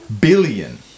billion